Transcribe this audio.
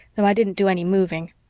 though i didn't do any moving.